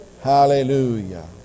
hallelujah